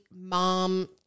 mom